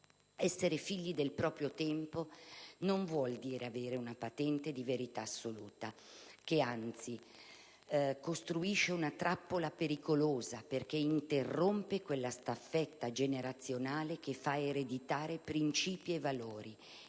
Essere figli del proprio tempo non vuol dire avere una patente di verità assoluta, che anzi costituisce una trappola pericolosa, perché interrompe quella staffetta generazionale che fa ereditare princìpi e valori,